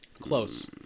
Close